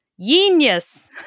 Genius